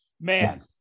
Man